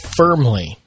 firmly